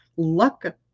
luck